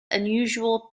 unusual